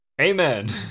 Amen